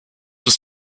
was